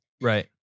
Right